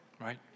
right